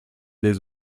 des